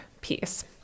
piece